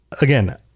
again